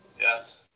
Yes